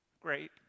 great